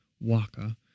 Waka